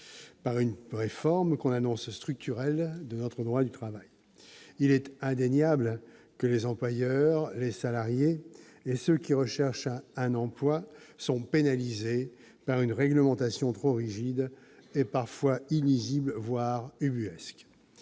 par une réforme, qu'on annonce structurelle, de notre droit du travail. Il est indéniable que les employeurs, les salariés et ceux qui recherchent un emploi sont pénalisés par une réglementation trop rigide et parfois illisible, voire ubuesque.